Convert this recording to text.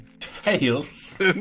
fails